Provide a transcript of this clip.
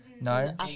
No